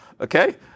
okay